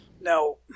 No